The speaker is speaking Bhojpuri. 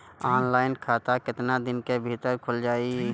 ऑनलाइन खाता केतना दिन के भीतर ख़ुल जाई?